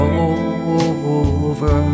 over